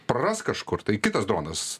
praras kažkur tai kitas dronas